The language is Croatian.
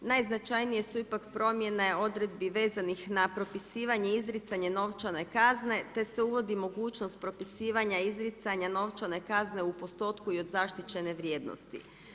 Najznačajnije su ipak promjene odredbi vezanih na propisivanje izricanje novčane kazne, te se uvodi mogućnost propisivanje izricanje novčane kazne u postotku i od zaštićene vrijednosti.